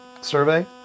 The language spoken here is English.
survey